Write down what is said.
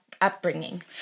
upbringing